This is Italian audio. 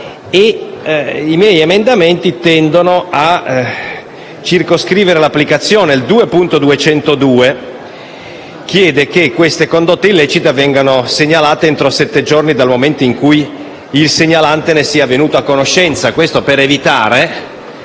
I miei emendamenti tendono a circoscriverne l'applicazione. L'emendamento 2.202 chiede che le condotte illecite vengano segnalate entro sette giorni dal momento in cui il segnalante ne sia venuto a conoscenza, per evitare